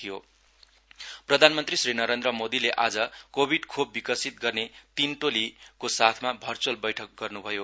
PM Covid vaccine प्रधानमन्त्री श्री नरेन्द्र मोदीले आज कोविड खोप विकसित गर्ने तीन टोलीको साथमा भर्च्अल बैठक गर्न्भयो